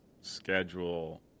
schedule